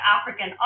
African